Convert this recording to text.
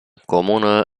comună